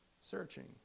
searching